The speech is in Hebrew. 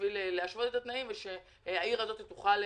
לנו אוויר וחמצן כי מה שמחזיק את העיר הזאת הם התושבים עם יכולות,